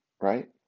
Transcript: Right